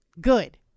Good